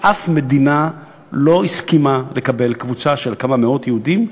ואף מדינה לא הסכימה לקבל קבוצה של כמה מאות יהודים,